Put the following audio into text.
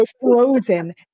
frozen